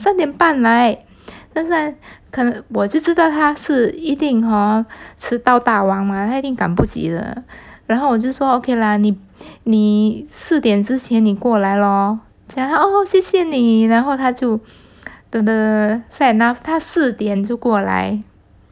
三点半来但是他我就知道他是一定 hor 迟到大王吗他一定赶不及的然后我就说 okay lah 你你四点之前你过来 lor then oo 谢谢你然后他就 fair enough 他四点就过来